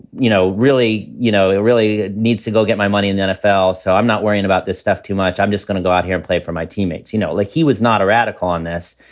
you know, really, you know, really needs to go get my money in the nfl. so i'm not worrying about this stuff too much. i'm just going to go out here and play for my teammates, you know, like he was not a radical on this.